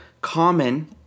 common